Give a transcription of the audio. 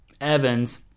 Evans